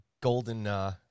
golden